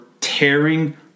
tearing